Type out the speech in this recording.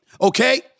okay